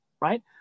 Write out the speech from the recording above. right